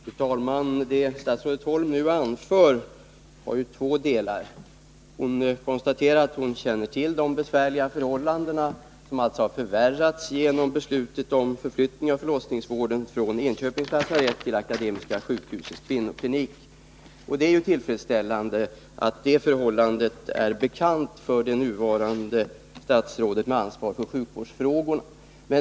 Fru talman! Statsrådet Holms anförande bestod av två delar. Hon konstaterar att hon känner till de besvärliga förhållandena, som alltså har förvärrats till följd av beslutet om förflyttning av förlossningsvården från Enköpings lasarett till Akademiska sjukhusets kvinnoklinik. Det är tillfredsställande att dessa förhållanden är kända för det statsråd som nu har ansvaret för sjukvårdsfrågorna.